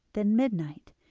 then midnight,